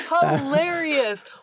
hilarious